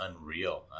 unreal